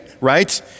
right